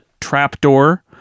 trapdoor